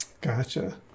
gotcha